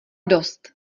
dost